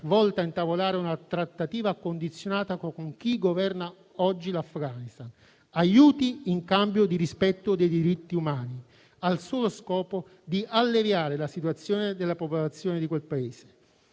volta ad intavolare una trattativa condizionata con chi governa oggi l'Afghanistan. Aiuti in cambio di rispetto dei diritti umani, al solo scopo di alleviare la situazione della popolazione di quel Paese.